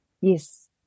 Yes